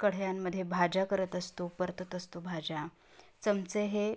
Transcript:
कढयांमध्ये भाज्या करत असतो परतत असतो भाज्या चमचे हे